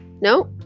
No